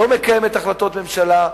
לא מקיימת החלטות ממשלה,